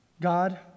God